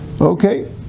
Okay